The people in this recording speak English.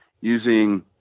using